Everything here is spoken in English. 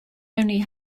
only